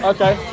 Okay